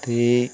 ते